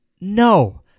No